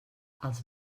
els